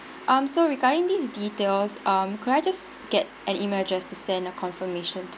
um so regarding these details um could I just get an email address to send a confirmation